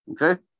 Okay